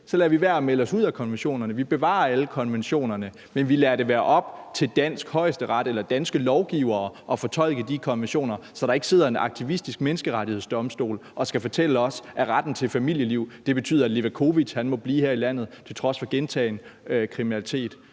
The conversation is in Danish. så lader vi være med at melde os ud af konventionerne, vi bevarer alle konventionerne, men vi lader det være op til den danske Højesteret eller til danske lovgivere at fortolke de konventioner, så der ikke sidder en aktivistisk Menneskerettighedsdomstol og skal fortælle os, at retten til familieliv betyder, at Levakovic må blive her i landet på trods af gentagen kriminalitet,